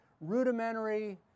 rudimentary